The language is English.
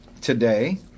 today